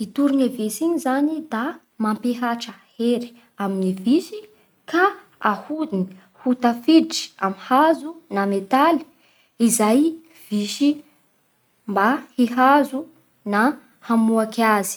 I tornevisy igny zany da mampihatra hery amin'ny visy ka ahodiny ho tafiditry amin'ny hazo na metaly izay visy i mba hihazo na hamoaky azy.